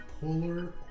polar